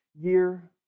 year